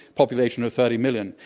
population of thirty million.